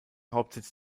hauptsitz